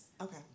Okay